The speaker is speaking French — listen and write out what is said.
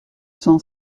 cent